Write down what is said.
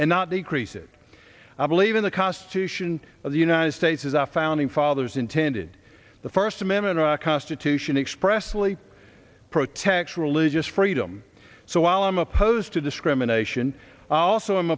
and not decrease it i believe in the cost to sion of the united states is our founding fathers intended the first amendment or our constitution expressly protection religious freedom so while i am opposed to discrimination i also am